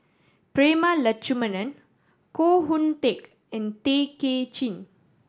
Prema Letchumanan Koh Hoon Teck and Tay Kay Chin